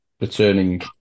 returning